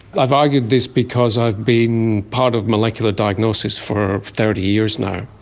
i've argued this because i've been part of molecular diagnosis for thirty years now.